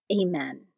Amen